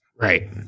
Right